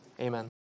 Amen